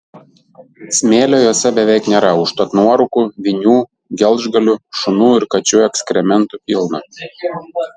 smėlio jose beveik nėra užtat nuorūkų vinių gelžgalių šunų ir kačių ekskrementų pilna